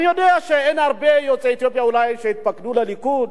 אני יודע שאין אולי הרבה יוצאי אתיופיה שהתפקדו לליכוד,